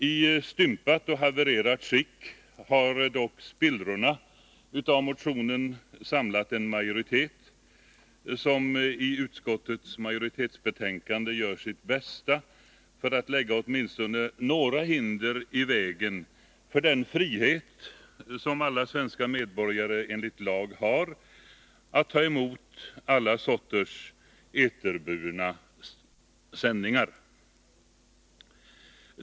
I stympat och havererat skick har dock spillrorna av motionen samlat en majoritet, som i utskottsbetänkandet gör sitt bästa för att lägga åtminstone några hinder i vägen för den frihet som alla svenska medborgare enligt lag har att ta emot alla sorters eterburna sändningar.